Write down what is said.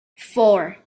four